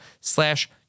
slash